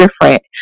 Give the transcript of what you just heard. different